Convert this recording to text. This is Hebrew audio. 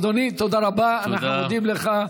אדוני, תודה רבה, אנחנו מודים לך.